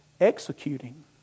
executing